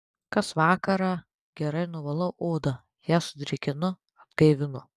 kas vakarą gerai nuvalau odą ją sudrėkinu atgaivinu